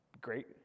Great